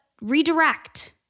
redirect